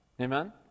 Amen